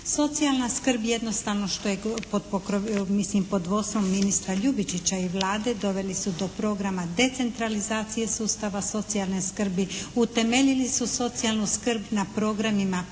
Socijalna skrb jednostavno što je pod vodstvom ministra Ljubičića i Vlade doveli su do programa decentralizacije sustava socijalne skrbi, utemeljili su socijalnu skrb na programima